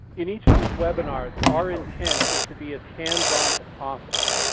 in each of these webinars, our intent is to be as hands on as possible.